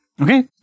okay